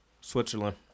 Switzerland